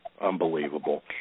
Unbelievable